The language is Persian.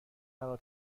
مرا